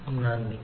നന്ദി